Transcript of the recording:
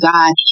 God